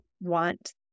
want